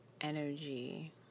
energy